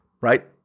right